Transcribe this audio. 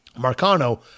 Marcano